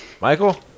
Michael